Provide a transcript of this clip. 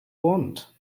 want